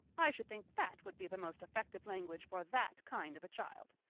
i should think that would be the most effective language for that kind of a child.